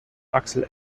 axel